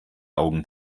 augen